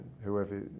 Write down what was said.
whoever